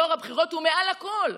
טוהר הבחירות הוא מעל הכול,